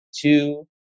two